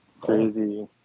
Crazy